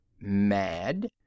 Mad